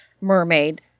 mermaid